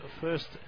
first